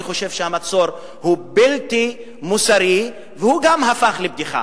אני חושב שהמצור הוא בלתי מוסרי והוא גם הפך לבדיחה.